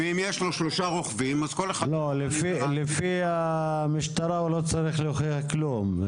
ואם יש לו רוכבים --- לפי המשטרה הוא לא צריך להוכיח כלום.